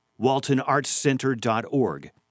WaltonArtsCenter.org